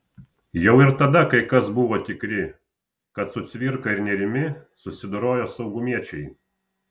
jau ir tada kai kas buvo tikri kad su cvirka ir nėrimi susidorojo saugumiečiai